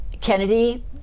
Kennedy